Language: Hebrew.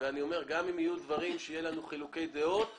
גם אם יהיו דברים שיהיו לנו חילוקי דעות בהם,